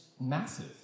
massive